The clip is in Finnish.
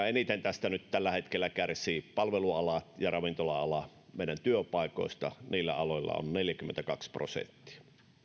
eniten tästä nyt tällä hetkellä kärsivät palveluala ja ravintola ala ja kumminkin meidän työpaikoista niillä aloilla on neljäkymmentäkaksi prosenttia